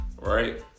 right